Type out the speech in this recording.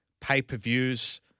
pay-per-views